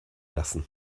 lassen